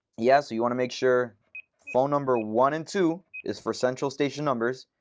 yeah, so you want to make sure phone number one and two is for central station numbers,